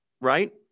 right